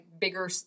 bigger